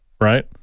right